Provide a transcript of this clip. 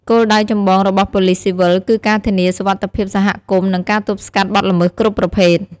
គោលដៅចម្បងរបស់ប៉ូលិសស៊ីវិលគឺការធានាសុវត្ថិភាពសហគមន៍និងការទប់ស្កាត់បទល្មើសគ្រប់ប្រភេទ។